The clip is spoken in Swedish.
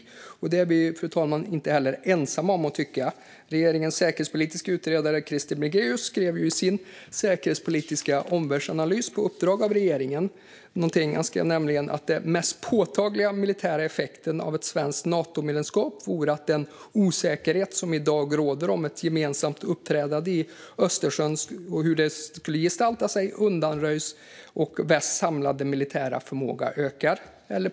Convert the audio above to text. Detta är vi, fru talman, inte heller ensamma om att tycka. Regeringens säkerhetspolitiska utredare Krister Bringéus skrev nämligen i sin säkerhetspolitiska omvärldsanalys på uppdrag av regeringen att den mest påtagliga militära effekten av ett svenskt Natomedlemskap vore att den osäkerhet som i dag råder om ett gemensamt uppträdande i Östersjön och hur det skulle gestalta sig undanröjs och västs samlade militära förmåga ökar.